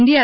DR